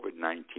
COVID-19